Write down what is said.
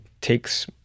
takes